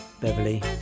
Beverly